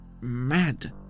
mad